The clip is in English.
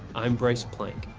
i'm bryce plank.